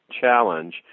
challenge